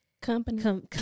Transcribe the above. company